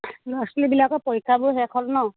ল'ৰা ছোৱালীবিলাকৰ পৰীক্ষাবোৰ শেষ হ'ল নহ্